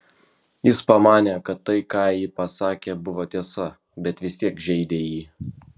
jis pamanė kad tai ką ji pasakė buvo tiesa bet vis tiek žeidė jį